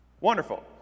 Wonderful